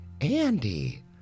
Andy